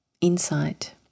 insight